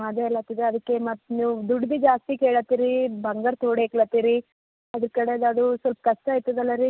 ಅದೆಲ್ಲಾಗ್ತದೆ ಅದಕ್ಕೆ ಮತ್ತೆ ನೀವು ದುಡ್ದು ಭೀ ಜಾಸ್ತಿ ಕೇಳ ಹತ್ತೀರಿ ಬಂಗಾರ ತೋಡೈಕ್ಲತ್ತೀರಿ ಅದು ಕಡೆಗೆ ಅದು ಸ್ವಲ್ಪ ಕಷ್ಟ ಆಗ್ತದಲ್ಲ ರೀ